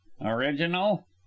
original